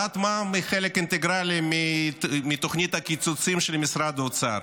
העלאת מע"מ היא חלק אינטגרלי מתוכנית הקיצוצים של משרד האוצר.